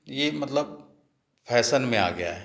ये मतलब फ़ैशन में आ गया है